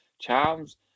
charms